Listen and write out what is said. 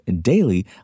daily